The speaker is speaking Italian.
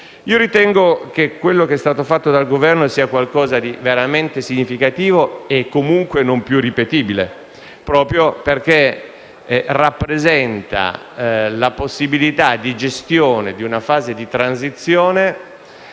ritengo che quanto fatto dal Governo sia qualcosa di veramente significativo e comunque non più ripetibile, proprio perché rappresenta la possibilità di gestione di una fase di transizione